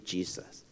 Jesus